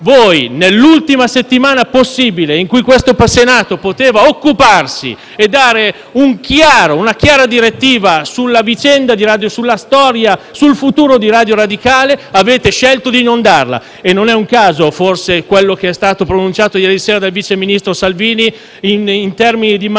voi nell'ultima settimana possibile in cui il Senato poteva occuparsi e dare una chiara direttiva sulla vicenda, sulla storia e sul futuro di Radio Radicale, avete scelto di non darla e non è un caso forse quello che è stato pronunciato ieri sera dal vice ministro Salvini in termini di totale